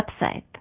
website